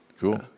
Cool